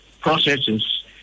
processes